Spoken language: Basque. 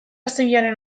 zibilaren